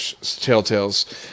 telltales